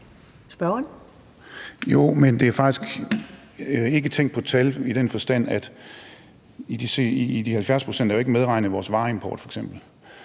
det er faktisk ikke tænk på et tal i den forstand, at i de 70 pct. er jo ikke medregnet vores vareimport